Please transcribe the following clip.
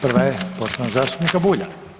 Prva je poštovanog zastupnika Bulja.